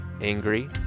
angry